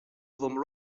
vom